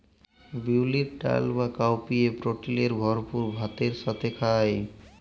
বিউলির ডাল বা কাউপিএ প্রটিলের ভরপুর ভাতের সাথে খায়